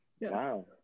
Wow